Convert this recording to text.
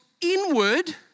inward